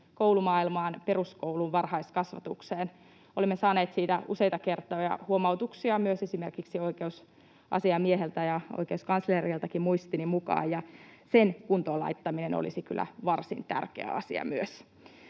koulumaailmaan, peruskouluun, varhaiskasvatukseen. Olemme saaneet siitä useita kertoja myös huomautuksia esimerkiksi oikeusasiamieheltä ja oikeuskansleriltakin muistini mukaan, ja sen kuntoon laittaminen olisi kyllä varsin tärkeä asia myös.